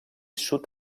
sud